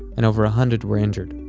and over a hundred were injured